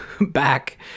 back